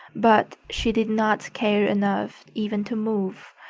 but she did not care enough even to move.